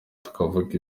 tukavuga